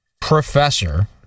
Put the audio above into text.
professor